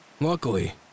Luckily